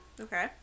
Okay